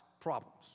problems